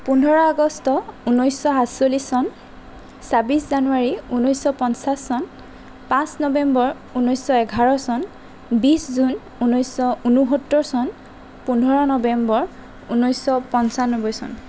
পোন্ধৰ আগষ্ট ঊনৈছশ সাতচল্লিছ চন ছাব্বিছ জানুৱাৰী ঊনৈছশ পঞ্চাছ চন পাঁচ নৱেম্বৰ ঊনৈছশ এঘাৰ চন বিছ জুন ঊনৈছশ ঊনসত্তৰ চন পোন্ধৰ নৱেম্বৰ ঊনৈছশ পঞ্চানব্বৈ চন